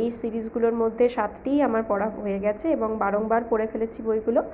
এই সিরিজগুলোর মধ্যে সাতটিই আমার পড়া হয়ে গেছে এবং বারংবার পড়ে ফেলেছি বইগুলো